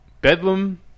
Bedlam